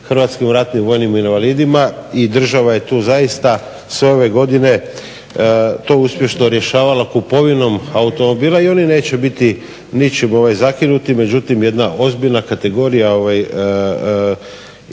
hrvatskim ratnim vojnim invalidima, i država je tu zaista sve ove godine to uspješno rješavala kupovinom automobila i oni neće biti ničim zakinuti. Međutim, jedna ozbiljna kategorija invalida